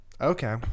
okay